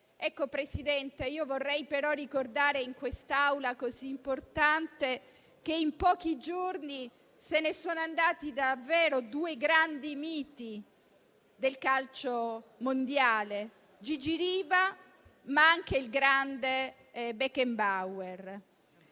DNA. Presidente, vorrei ricordare in quest'Aula così importante che in pochi giorni se ne sono andati davvero due grandi miti del calcio mondiale: Gigi Riva e Franz Beckenbauer.